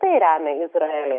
tai remia izraelį